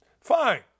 Fine